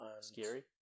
Scary